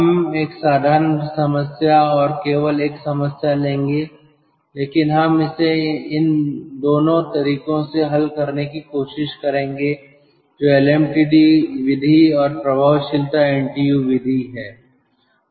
हम एक साधारण समस्या और केवल एक समस्या लेंगे लेकिन हम इसे उन दोनों तरीकों से हल करने की कोशिश करेंगे जो LMTD विधि और प्रभावशीलता NTU विधि है